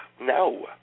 No